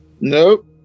nope